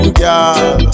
girl